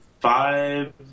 five